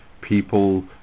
People